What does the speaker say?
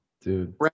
Dude